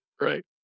right